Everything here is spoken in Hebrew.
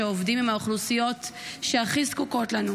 שעובדים עם האוכלוסיות שהכי זקוקות לנו.